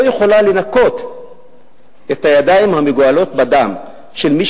לא יכולה לנקות את הידיים המגואלות בדם של מי